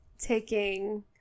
taking